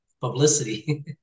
publicity